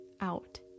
out